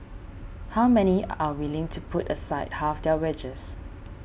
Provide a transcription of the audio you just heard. how many are willing to put aside half their wages